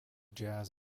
jazz